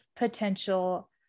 potential